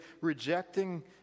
rejecting